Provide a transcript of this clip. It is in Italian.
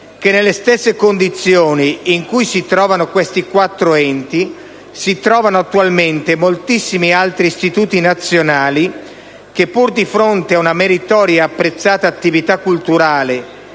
che nelle stesse condizioni in cui si trovano questi quattro enti si trovano attualmente moltissimi altri istituti nazionali che, pur di fronte ad una meritoria e apprezzata attività culturale